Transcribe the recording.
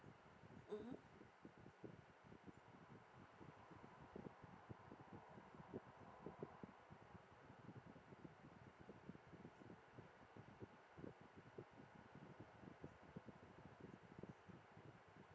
mmhmm